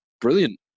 brilliant